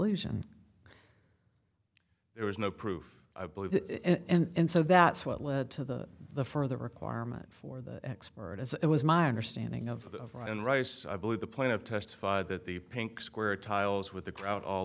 illusion there is no proof i believe and so that's what led to the the further requirement for the expert as it was my understanding of and rice i believe the point of testified that the pink square tiles with the crowd all